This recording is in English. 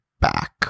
back